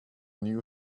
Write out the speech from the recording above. new